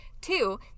two